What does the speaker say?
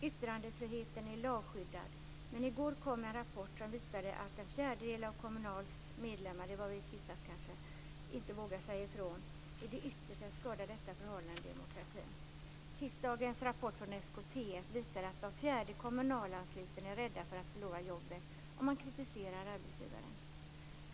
Yttrandefriheten är lagskyddad, men i tisdags kom en rapport som visade att en fjärdedel av Kommunals medlemmar inte vågar säga ifrån. Detta förhållande skadar ytterst demokratin. Tisdagens rapport från SKTF visar att var fjärde Kommunalansluten är rädd för att förlora jobbet om han eller hon kritiserar arbetsgivaren.